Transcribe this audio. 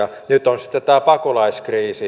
nyt on sitten tämä pakolaiskriisi